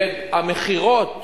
והמכירות